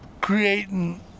creating